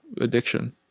addiction